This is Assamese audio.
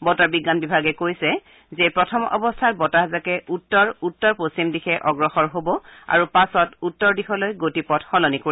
বতৰ বিজ্ঞান বিভাগে কৈছে যে প্ৰথম অৱস্থাত বতাহজাকে উত্তৰ উত্তৰপশ্চিম দিশে অগ্ৰসৰ হব আৰু পাছত উত্তৰ দিশলৈ গতি পথ সলনি কৰিব